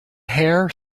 hare